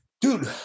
Dude